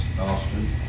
Austin